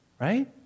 Right